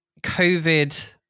COVID